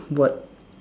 what